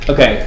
Okay